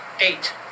Eight